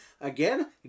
again